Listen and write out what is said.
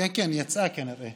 כן, כן, היא יצאה, כנראה.